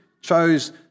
chose